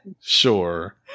Sure